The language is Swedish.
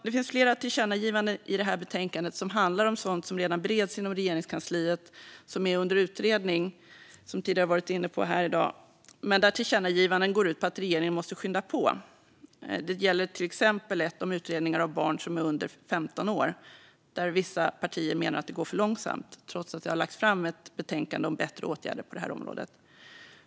Det finns flera förslag till tillkännagivanden i detta betänkande som handlar om sådant som redan bereds inom Regeringskansliet. Det är under utredning, som man har varit inne på tidigare här i dag. Tillkännagivandena går ut på att regeringen måste skynda på. Det gäller till exempel ett om utredningar av barn som är under 15 år. Vissa partier menar att det går för långsamt trots att det har lagts fram ett betänkande om bättre åtgärder på detta område.